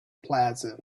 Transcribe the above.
plaza